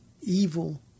Evil